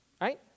right